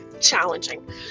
challenging